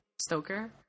Stoker